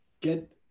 get